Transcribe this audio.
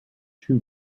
too